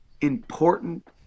important